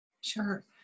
Sure